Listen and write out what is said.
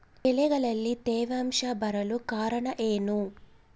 ಬೆಳೆಗಳಲ್ಲಿ ತೇವಾಂಶ ಬರಲು ಕಾರಣ ಏನು?